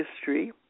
history